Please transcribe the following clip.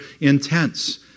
intense